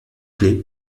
clef